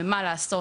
ומה לעשות,